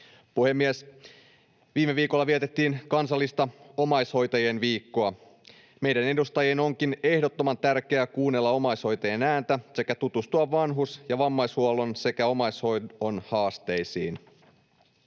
Puhemies! Viime viikolla vietettiin kansallista omaishoitajien viikkoa. Meidän edustajien onkin ehdottoman tärkeää kuunnella omaishoitajien ääntä sekä tutustua vanhus‑ ja vammaishuollon sekä omaishoidon haasteisiin.